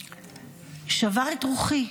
שבר את רוחי.